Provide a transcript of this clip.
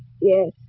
Yes